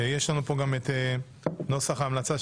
יש לנו פה גם את נוסח ההמלצה,